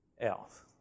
else